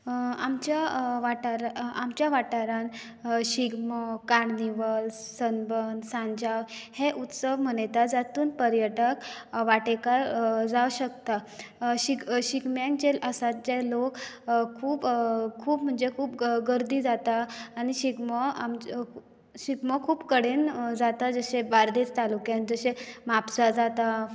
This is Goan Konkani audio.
आमच्या वाठारान आमच्या वाठारान शिगमो कार्निवल्स सनबर्न सांजाव हे उत्सव मनयता जातून पर्यटक वांटेकार जांव शकतां शिग शिगम्याक जे आसात जे लोक खूब खूब म्हणजे खूब गर्दी जातां आनी शिगमो आमचो शिगमो खूब कडेन जाता जशें बार्देश तालुक्यांत जशें म्हापसा जाता